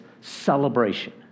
celebration